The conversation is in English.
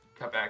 cutback